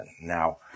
Now